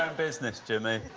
um business, jimmy.